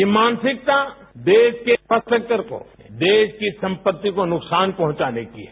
यह मानसिकता देश के इंफ्रास्ट्रक्चर को देश की संपत्ति को नुकसान पहंचाने की है